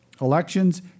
elections